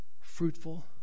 fruitful